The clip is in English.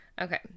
okay